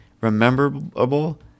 rememberable